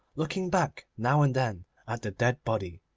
looking back now and then at the dead body.